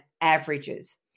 averages